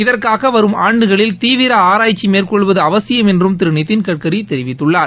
இதற்காக வரும் ஆண்டுகளில் தீவிர ஆராய்ச்சி மேற்கொள்வது அவசியம் என்றும் திரு நிதின் கட்கரி தெரிவித்துள்ளார்